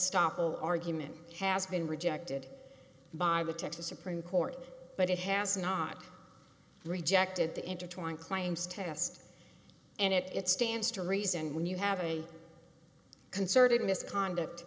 estoppel argument has been rejected by the texas supreme court but it has not rejected the intertwined claims test and it stands to reason when you have a concerted misconduct